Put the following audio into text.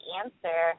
answer